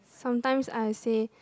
sometimes I say